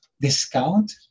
discount